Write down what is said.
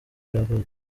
yavutse